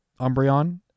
Umbreon